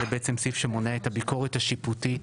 זה בעצם סעיף שמונע את הביקורת השיפוטית,